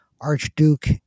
Archduke